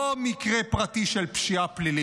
לא מקרה פרטי של פשיעה פלילית.